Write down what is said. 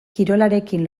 kirolarekin